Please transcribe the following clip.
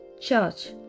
church